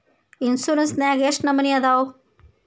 Insurance ನ್ಯಾಗ ಎಷ್ಟ್ ನಮನಿ ಅದಾವು?